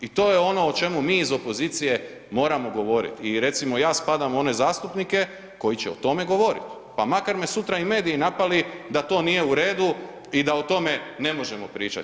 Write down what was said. I to je ono o čemu mi iz opozicije moramo govorit i recimo ja spadam u one zastupnike koji će o tome govorit pa makar me sutra i mediji napali da to nije u redu i da o tome ne možemo pričat.